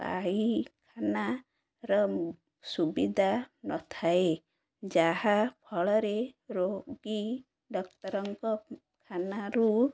ପାଇଖାନାର ସୁବିଧା ନଥାଏ ଯାହା ଫଳରେ ରୋଗୀ ଡକ୍ତରଙ୍କଖାନାରୁ